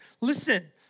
Listen